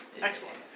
Excellent